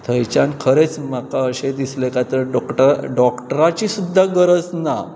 थंयच्यान खरेंच म्हाका अशें दिसलें काय तर डॉक्टर डॉक्टराची सुद्दां गरज ना